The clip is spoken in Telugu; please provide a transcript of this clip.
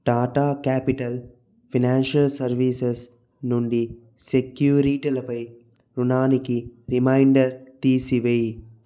టాటా క్యాపిటల్ ఫినాన్షియల్ సర్వీసెస్ నుండి సెక్యూరిటలపై రుణానికి రిమైండర్ తీసివెయ్